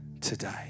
today